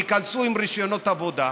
והם ייכנסו עם רישיונות עבודה,